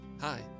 Hi